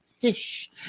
fish